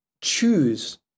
choose